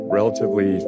relatively